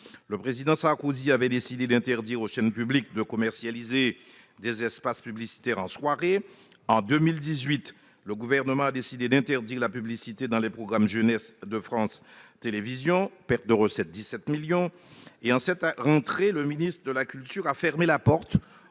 le président Sarkozy avait décidé d'interdire aux chaînes publiques de commercialiser des espaces publicitaires en soirée. En 2018, le Gouvernement a décidé d'interdire la publicité dans les programmes pour la jeunesse de France Télévisions, ce qui correspond à une perte de recettes de 17 millions d'euros. Enfin, en cette rentrée, le ministre de la culture a fermé la porte